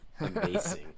Amazing